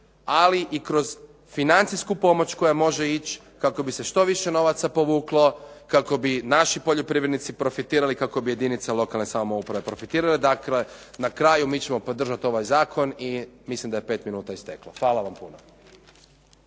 ali i kroz financijsku pomoć koja može ići kako bi se što više novaca povuklo, kako bi naši poljoprivrednici profitirali, kako bi jedinica lokalne samouprave profitirala. Dakle, na kraju mi ćemo podržati ovaj zakon i mislim da je 5 min isteklo. Hvala vam puno.